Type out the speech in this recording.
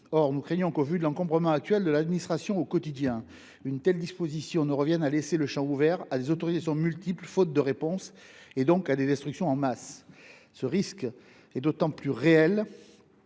Or, au vu de l’encombrement actuel de l’administration, une telle disposition pourrait revenir à laisser le champ ouvert à des autorisations multiples, faute de réponse, et donc à des destructions en masse. Ce risque est d’autant plus réel